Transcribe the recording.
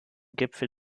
gipfel